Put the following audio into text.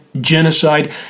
genocide